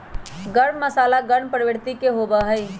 गर्म मसाला गर्म प्रवृत्ति के होबा हई